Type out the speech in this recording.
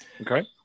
Okay